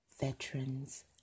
veterans